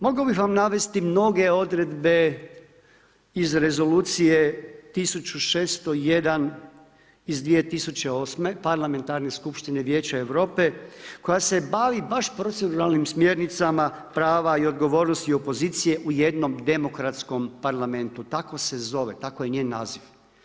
Mogao bih navesti mnoge odredbe iz Rezolucije 1601 iz 2008. godine parlamentarne skupštine Vijeća Europe koja se bavi baš proceduralnim smjernicama prava i odgovornosti opozicije u jednom demokratskom parlamentu, tako se zove, tako je njen naziv.